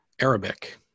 Arabic